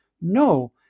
No